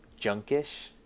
junkish